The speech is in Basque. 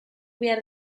behar